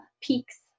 peaks